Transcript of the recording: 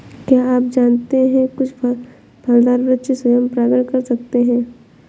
क्या आप जानते है कुछ फलदार वृक्ष स्वयं परागण कर सकते हैं?